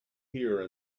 here